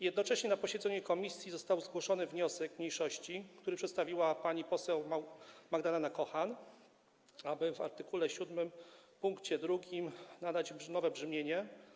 Jednocześnie na posiedzeniu komisji został zgłoszony wniosek mniejszości, który przedstawiła pani poseł Magdalena Kochan, aby art. 7 pkt 2 nadać nowe brzmienie: